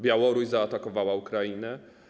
Białoruś zaatakowała Ukrainę.